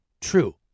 true